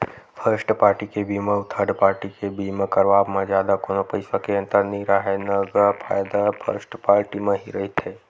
first party के बीमा अउ थर्ड पाल्टी के बीमा करवाब म जादा कोनो पइसा के अंतर नइ राहय न गा फायदा फस्ट पाल्टी म ही रहिथे